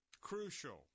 crucial